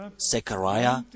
Zechariah